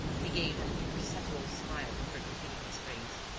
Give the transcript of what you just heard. he gave an imperceptible smile before completing his phrase.